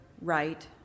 right